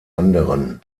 anderen